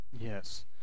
Yes